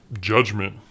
judgment